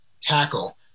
tackle